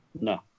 no